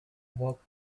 walked